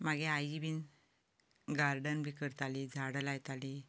म्हजी आई बी गार्डन बी करताली झाडां लायताली